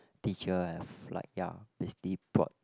teacher have like ya basically brought